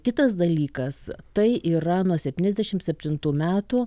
kitas dalykas tai yra nuo septyniasdešimt septintų metų